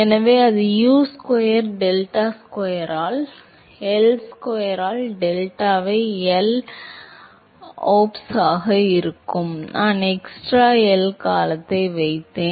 எனவே அது U square delta square ஆல் எல் ஸ்கொயர் ஆல் டெல்டாவை எல் ஓப்ஸ் ஆக இருக்கும் நான் எக்ஸ்ட்ரா எல் காலத்தை வைத்தேன்